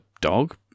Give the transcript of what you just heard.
dog